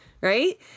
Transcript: Right